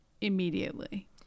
immediately